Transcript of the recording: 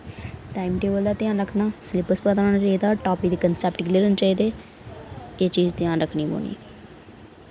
time table दा ध्यान रक्खना सिलेबस पता होना चाहिदा टॉपिक कनसैप्ट क्लेअर होने चाहिदे ए चीज ध्यान रक्खनी पौनी